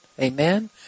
Amen